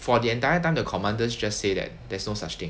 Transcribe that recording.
for the entire time the commanders just say that there's no such thing